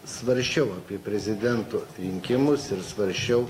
svarsčiau apie prezidento rinkimus ir svarsčiau